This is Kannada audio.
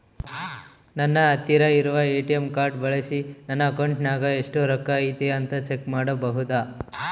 ನನ್ನ ಹತ್ತಿರ ಇರುವ ಎ.ಟಿ.ಎಂ ಕಾರ್ಡ್ ಬಳಿಸಿ ನನ್ನ ಅಕೌಂಟಿನಾಗ ಎಷ್ಟು ರೊಕ್ಕ ಐತಿ ಅಂತಾ ಚೆಕ್ ಮಾಡಬಹುದಾ?